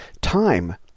time